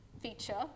feature